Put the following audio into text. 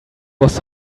was